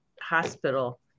hospital